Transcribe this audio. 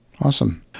Awesome